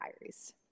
Diaries